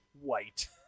white